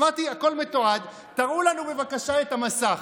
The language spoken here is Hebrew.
אמרתי: הכול מתועד, תראו לנו בבקשה את המסך.